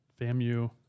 Famu